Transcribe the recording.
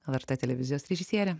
lrt televizijos režisierė